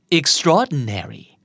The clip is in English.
extraordinary